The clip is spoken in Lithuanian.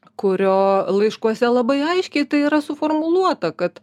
kurio laiškuose labai aiškiai tai yra suformuluota kad